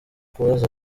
kubaza